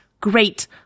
great